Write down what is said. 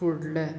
फुडलें